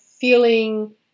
feeling